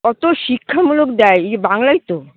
কতো শিক্ষামূলক দেয় এই বাংলাই তো